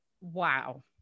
wow